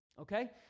Okay